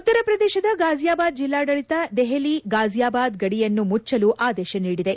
ಉತ್ತರ ಪ್ರದೇಶದ ಗಾಝಿಯಾಬಾದ್ ಜಿಲ್ಲಾಡಳಿತ ದೆಹಲಿ ಗಾಝಿಯಾಬಾದ್ ಗಡಿಯನ್ನು ಮುಚ್ಚಲು ಆದೇಶ ನೀಡಿದೆ